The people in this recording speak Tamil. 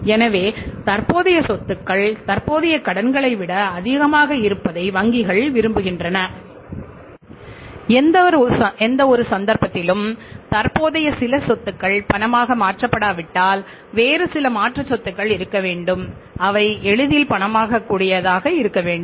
எனவே தற்போதைய சொத்துக்கள் தற்போதைய கடன்களை விட அதிகமாக இருப்பதை வங்கிகள் விரும்புகின்றன எந்தவொரு சந்தர்ப்பத்திலும் தற்போதைய சில சொத்துக்கள் பணமாக மாற்றப்படாவிட்டால் வேறு சில மாற்று சொத்துக்கள் இருக்க வேண்டும் அவை எளிதில் பணமாக கூடியதாக இருக்க வேண்டும்